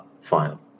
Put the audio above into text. final